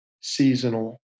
seasonal